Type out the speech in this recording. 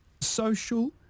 social